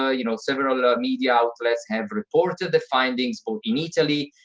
ah you know several and media outlets have reported the findings both in italy,